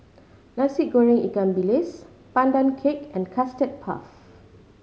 Nasi Goreng ikan bilis Pandan Cake and Custard Puff